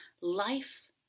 life